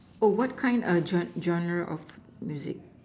oh what kind a gen~ genre of music